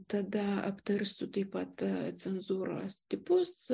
tada aptarsiu taip pat cenzūros tipus